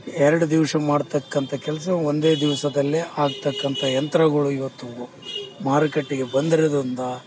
ಎರಡು ದಿವ್ಸ ಮಾಡತಕ್ಕಂಥ ಕೆಲಸ ಒಂದೇ ದಿವಸದಲ್ಲೇ ಆಗತಕ್ಕಂಥ ಯಂತ್ರಗಳು ಇವತ್ತು ಮಾರುಕಟ್ಟೆಗೆ ಬಂದಿರೋದರಿಂದ